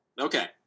Okay